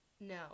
No